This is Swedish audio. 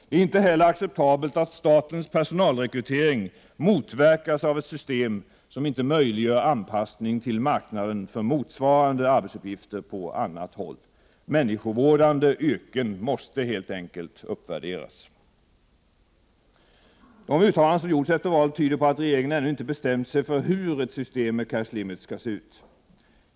Det är inte heller acceptabelt att statens personalrekrytering motverkas av ett system, som inte möjliggör anpassning till marknaden för motsvarande arbetsuppgifter på annat håll. Människovårdande yrken måste helt enkelt värderas högre. De uttalanden som gjorts efter valet tyder på att regeringen ännu inte bestämt sig för hur ett system med cash-limits skall se ut.